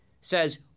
says